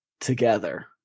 together